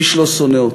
איש לא שונא אותם.